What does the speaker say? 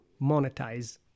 monetize